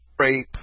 rape